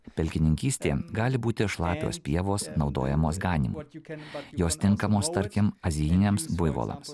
pelkininkystė gali būti šlapios pievos naudojamos ganymo tiek kad jos tinkamos tarkim azijiniams buivolams